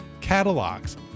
catalogs